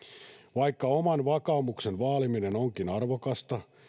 vaikka oman vakaumuksen vaaliminen onkin arvokasta